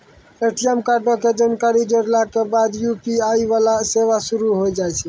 ATM कार्डो के जानकारी जोड़ला के बाद यू.पी.आई वाला सेवा शुरू होय जाय छै